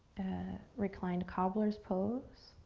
a reclined cobbler's pose,